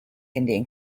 indian